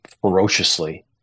ferociously